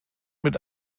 mit